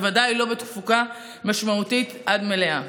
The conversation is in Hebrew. ובוודאי לא בתפוקה משמעותית עד מלאה.